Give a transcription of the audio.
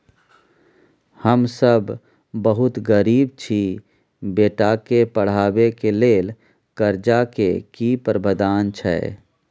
हम सब बहुत गरीब छी, बेटा के पढाबै के लेल कर्जा के की प्रावधान छै?